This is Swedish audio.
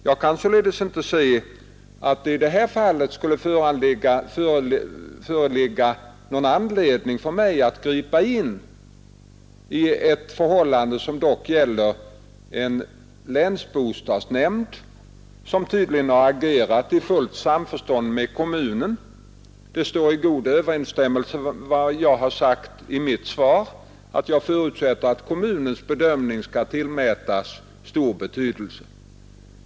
Jag kan således inte se att det i det här fallet skulle föreligga någon anledning för mig att gripa in i ett förhållande, som dock gäller en länsbostadsnämnd som tydligen har agerat i fullt samförstånd med kommunen. Det står i god överensstämmelse med vad jag har sagt i mitt svar, nämligen att jag förutsätter att kommunens bedömning skall tillmätas stor betydelse.